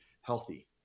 healthy